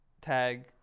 Tag